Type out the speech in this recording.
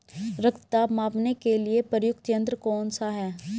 रक्त दाब मापने के लिए प्रयुक्त यंत्र कौन सा है?